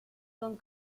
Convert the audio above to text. con